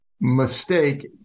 mistake